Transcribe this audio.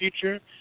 future